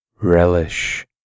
Relish